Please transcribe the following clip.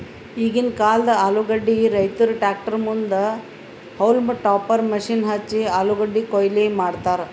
ಈಗಿಂದ್ ಕಾಲ್ದ ಆಲೂಗಡ್ಡಿ ರೈತುರ್ ಟ್ರ್ಯಾಕ್ಟರ್ ಮುಂದ್ ಹೌಲ್ಮ್ ಟಾಪರ್ ಮಷೀನ್ ಹಚ್ಚಿ ಆಲೂಗಡ್ಡಿ ಕೊಯ್ಲಿ ಮಾಡ್ತರ್